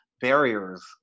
barriers